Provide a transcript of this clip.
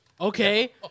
Okay